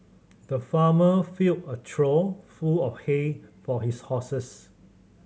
the farmer filled a trough full of hay for his horses